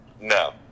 No